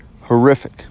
Horrific